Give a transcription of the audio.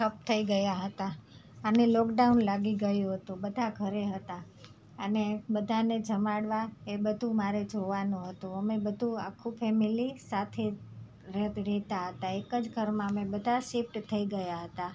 ઠપ થઇ ગયા હતા અને લોકડાઉન લાગી ગયું હતું બધાં ઘરે હતા અને બધાને જમાડવા એ બધું મારે જોવાનું હતું અમે બધું આખું ફેમેલી સાથે રહેતા હતા એક જ ઘરમાં અમે બધા શિફ્ટ થઇ ગયા હતા